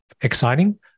exciting